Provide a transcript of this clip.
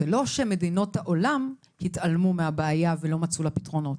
זה לא שמדינות העולם התעלמו מהבעיה ולא מצאו לה פתרונות.